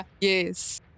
Yes